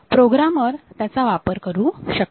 programmer त्याचा वापर करू शकतात